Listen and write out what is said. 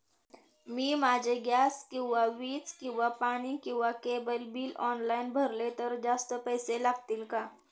मी माझे गॅस किंवा वीज किंवा पाणी किंवा केबल बिल ऑनलाईन भरले तर जास्त पैसे लागतील का?